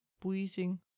breathing